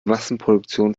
massenproduktion